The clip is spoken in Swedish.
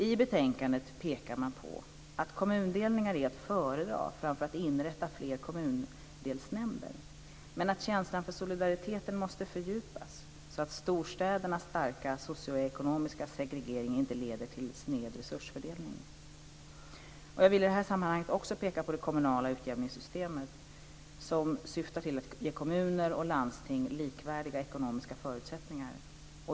I betänkandet pekar man på att kommundelningar är att föredra framför att inrätta fler kommundelsnämnder men att känslan för solidariteten måste fördjupas så att storstädernas starka socioekonomiska segregering inte leder till sned resursfördelning. Jag vill i detta sammanhang också peka på det kommunala utjämningssystemet som syftar till att ge kommuner och landsting likvärdiga ekonomiska förutsättningar.